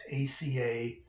ACA